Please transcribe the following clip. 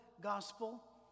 Gospel